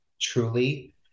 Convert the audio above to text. truly